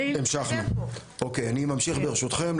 אוקיי, אני ממשיך ברשותכם.